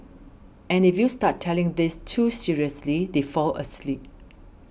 and if you start telling this too seriously they fall asleep